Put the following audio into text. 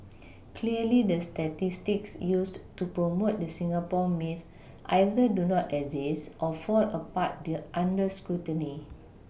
clearly the statistics used to promote the Singapore myth either do not exist or fall apart under scrutiny